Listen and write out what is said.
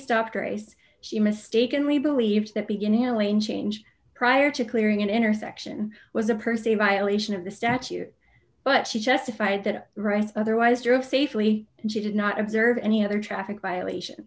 stopped race she mistakenly believed that begin elaine changed prior to clearing an intersection was a person violation of the statute but she testified that right otherwise you're of safely and she did not observe any other traffic violation